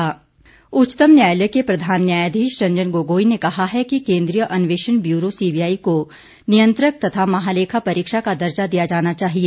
मुख्य न्यायाधीश उच्चतम न्यायालय के प्रधान न्यायाधीश रंजन गोगोई ने कहा है कि केन्द्रीय अन्वेषण ब्यूरो सीबीआई को नियंत्रक तथा महालेखा परीक्षा का दर्जा दिया जाना चाहिए